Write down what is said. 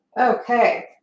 Okay